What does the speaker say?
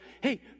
hey